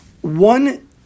one